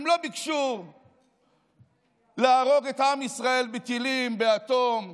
הם לא ביקשו להרוג את עם ישראל בטילים, באטום,